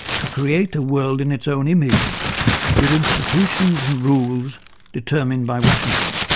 to create a world in its own image with institutions and rules determined by washington.